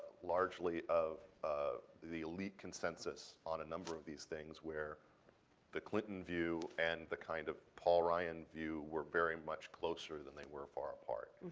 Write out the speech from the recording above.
largely of ah the elite consensus, on a number of these things where the clinton view and the kind of paul ryan view were very much closer than they were far apart.